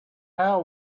how